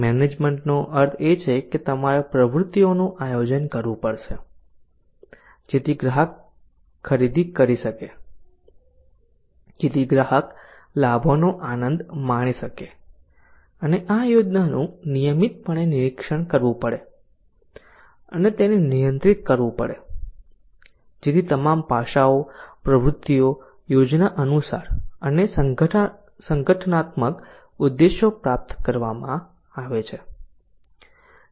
મેનેજમેન્ટનો અર્થ એ છે કે તમારે પ્રવૃત્તિઓનું આયોજન કરવું પડશે જેથી ગ્રાહક ખરીદી કરી શકે જેથી ગ્રાહક લાભોનો આનંદ માણી શકે અને આ યોજનાનું નિયમિતપણે નિરીક્ષણ કરવું પડે અને તેને નિયંત્રિત કરવું પડે જેથી તમામ પાસાઓ પ્રવૃત્તિઓ યોજના અનુસાર અને સંગઠનાત્મક ઉદ્દેશો પ્રાપ્ત કરવામાં આવે છે